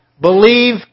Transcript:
believe